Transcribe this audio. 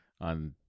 on